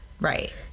Right